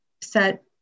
set